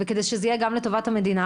וכדי שזה יהיה גם לטובת המדינה,